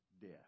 death